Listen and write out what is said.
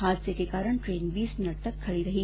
हादसे के कारण ट्रेन बीस मिनट तक खडी रही